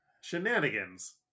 Shenanigans